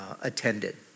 attended